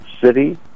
city